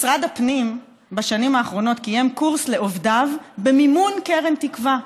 משרד הפנים בשנים האחרונות קיים קורס לעובדיו במימון קרן תקווה.